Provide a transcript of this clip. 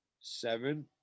Seven